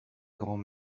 grand